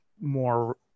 more